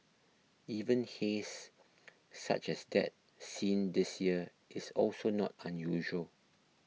even haze such as that seen this year is also not unusual